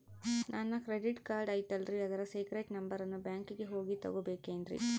ನನ್ನ credit card ಐತಲ್ರೇ ಅದರ ಸೇಕ್ರೇಟ್ ನಂಬರನ್ನು ಬ್ಯಾಂಕಿಗೆ ಹೋಗಿ ತಗೋಬೇಕಿನ್ರಿ?